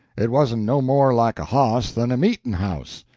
it wasn't no more like a hoss than a meetin' house.